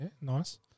Nice